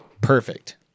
Perfect